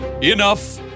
Enough